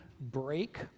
break